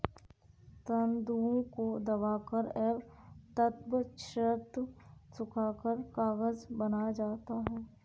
तन्तुओं को दबाकर एवं तत्पश्चात सुखाकर कागज बनाया जाता है